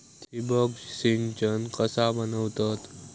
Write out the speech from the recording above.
ठिबक सिंचन कसा बनवतत?